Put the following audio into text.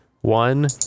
One